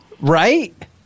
Right